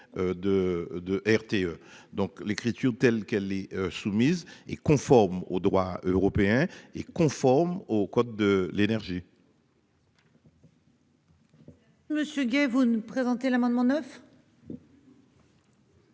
de RT. Donc l'écriture telle qu'elle est soumise. Et conforme au droit européen et conforme au code de l'énergie. Monsieur Gay, vous nous présenter l'amendement 9.